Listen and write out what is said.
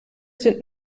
sind